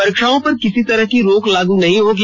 परीक्षाओं पर किसी तरह की रोक लागू नहीं होगी